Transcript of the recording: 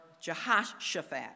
Jehoshaphat